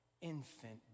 infant